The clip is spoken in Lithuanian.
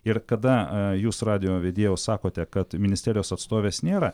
ir kada jūs radijo vedėjau sakote kad ministerijos atstovės nėra